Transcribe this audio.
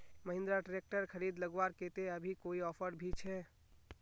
Mahindra tractor खरीद लगवार केते अभी कोई ऑफर भी छे?